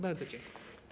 Bardzo dziękuję.